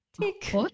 tick